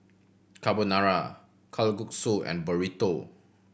Carbonara Kalguksu and Burrito